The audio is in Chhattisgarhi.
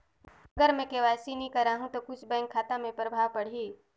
अगर मे के.वाई.सी नी कराहू तो कुछ बैंक खाता मे प्रभाव पढ़ी?